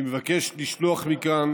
אני מבקש לשלוח מכאן